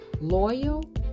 loyal